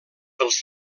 dels